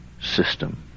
system